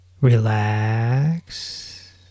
relax